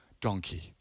donkey